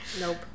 Nope